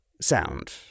sound